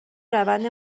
روند